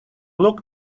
looks